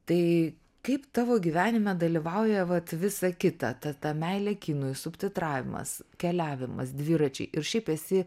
tai kaip tavo gyvenime dalyvauja vat visa kita ta ta meilė kinui subtitravimas keliavimas dviračiai ir šiaip esi